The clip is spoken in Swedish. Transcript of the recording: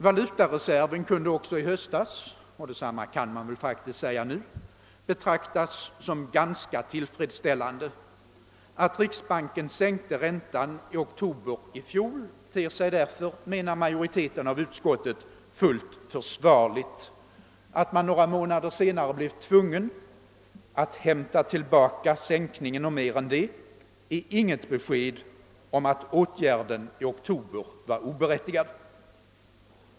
<Valutareserven kunde också i höstas — detsamma kan man väl säga nu — betraktas som ganska tillfredsställande. Riksbankens <sänkning av räntan i oktober i fjol ter sig därför, menar utskottsmajoriteten, fullt försvarlig. Att riksbanken några månader senare blev tvungen att hämta tillbaka sänkningen och mer än det är inte något besked om att åtgärden i oktober var oberättigad.